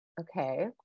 Okay